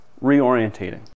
reorientating